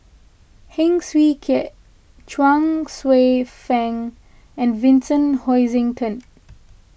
Heng Swee Keat Chuang Hsueh Fang and Vincent Hoisington